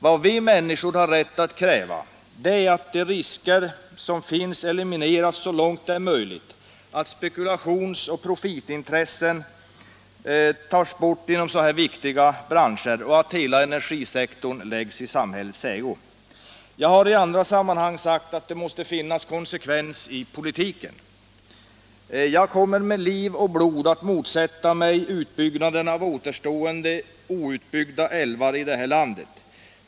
Vad vi människor har rätt att kräva är att riskerna elimineras så långt det är möjligt, att spekulationsoch profitintressen undanröjs inom så viktiga branscher samt att hela energisektorn förs över i samhällets ägo. Jag har i andra sammanhang sagt att det måste finnas konsekvens i politiken. Jag kommer med liv och blod att motsätta mig utbyggnaden av återstående outbyggda älvar i vårt land.